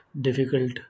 difficult